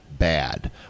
bad